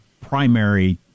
primary